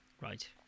Right